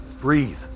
Breathe